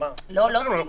אתה אומר דברים לא נכונים.